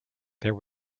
there